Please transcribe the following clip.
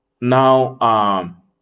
now